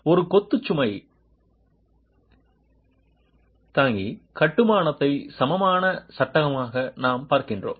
ஒரு கொத்து சுமை தாங்கி கட்டுமானத்தை சமமான சட்டமாக நாம் பார்க்கிறோம்